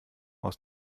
aus